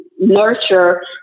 nurture